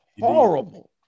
horrible